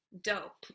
dope